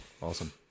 Awesome